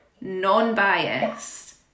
non-biased